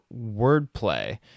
wordplay